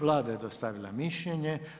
Vlada je dostavila mišljenje.